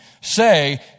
say